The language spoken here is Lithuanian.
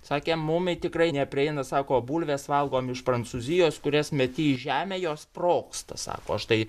sakė mumi tikrai neprieina sako bulves valgom iš prancūzijos kurias meti į žemę jos sprogsta sako aš tai